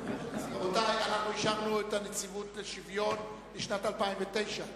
זכויות, לשנת 2009,